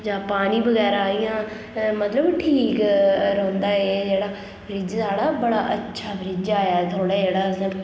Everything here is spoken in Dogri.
जां पानी बगैरा इ'यां मतलब ठीक रौंह्दा ऐ एह् जेह्ड़ा फ्रिज़ साढ़ा बड़ा अच्छा फ्रिज आया थुआढ़ा जेह्ड़ा असें